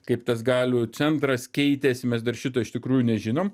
kaip tas galių centras keitėsi mes dar šito iš tikrųjų nežinom